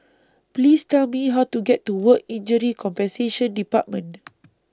Please Tell Me How to get to Work Injury Compensation department